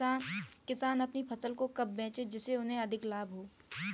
किसान अपनी फसल को कब बेचे जिसे उन्हें अधिक लाभ हो सके?